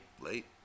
late